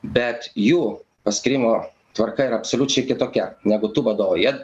bet jų paskyrimo tvarka yra absoliučiai kitokia negu tų vadovų jie